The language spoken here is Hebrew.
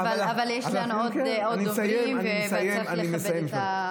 אבל יש לנו עוד דוברים וצריך לכבד גם את הזמן שלהם.